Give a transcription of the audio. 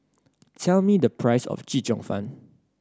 tell me the price of Chee Cheong Fun